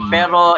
Pero